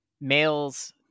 Males